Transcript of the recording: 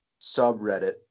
subreddit